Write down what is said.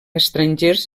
estrangers